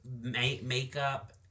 makeup